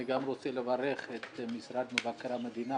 אני גם רוצה לברך את משרד מבקר המדינה